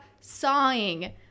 sawing